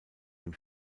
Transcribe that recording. dem